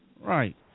Right